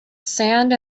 sand